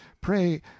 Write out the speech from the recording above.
Pray